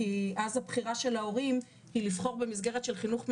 כי אז הבחירה של ההורים היא לבחור במסגרת של חינוך מיוחד,